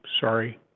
sorry